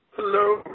Hello